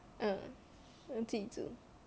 mm 我自己煮